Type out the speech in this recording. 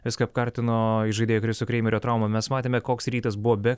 viską apkartino įžaidėjo chriso kreimerio trauma mes matėme koks rytas buvo be